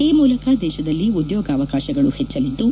ಈ ಮೂಲಕ ದೇಶದಲ್ಲಿ ಉದ್ಯೋಗಾವಕಾಶಗಳು ಹೆಚ್ಚಲಿದ್ದು